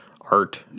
art